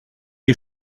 des